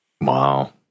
wow